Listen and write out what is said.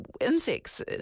insects